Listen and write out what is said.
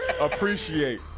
appreciate